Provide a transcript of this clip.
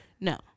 No